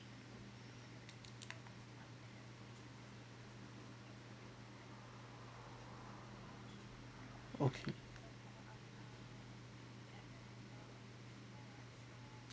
okay